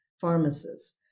pharmacists